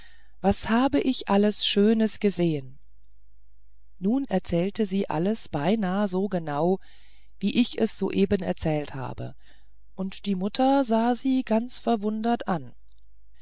was habe ich alles schönes gesehen nun erzählte sie alles beinahe so genau wie ich es soeben erzählt habe und die mutter sah sie ganz verwundert an